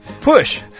Push